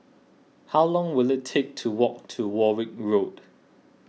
how long will it take to walk to Warwick Road